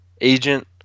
agent